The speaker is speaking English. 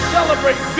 Celebrate